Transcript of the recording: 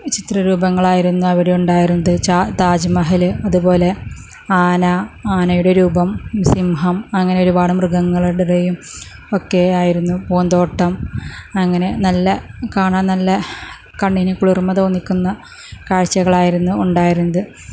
ചിത്ര രൂപങ്ങളായിരുന്നു അവിടെയുണ്ടായിരുന്നത് താജ്മഹൽ അതുപോലെ ആന ആനയുടെ രൂപം സിംഹം അങ്ങനെ ഒരുപാട് മൃഗങ്ങളുടെയും ഒക്കെയായിരുന്നു പൂന്തോട്ടം അങ്ങനെ നല്ല കാണാൻ നല്ല കണ്ണിന് കുളിർമ തോന്നിക്കുന്ന കാഴ്ചകളായിരുന്നു ഉണ്ടായിരുന്നത്